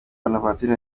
bonaventure